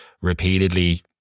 repeatedly